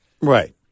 right